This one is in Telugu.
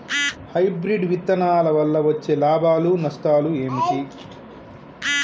హైబ్రిడ్ విత్తనాల వల్ల వచ్చే లాభాలు నష్టాలు ఏమిటి?